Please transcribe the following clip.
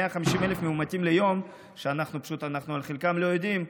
ו-150,000 מאומתים ליום שפשוט על חלקם לא יודעים,